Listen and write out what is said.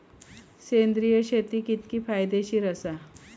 सेंद्रिय शेती कितकी फायदेशीर आसा?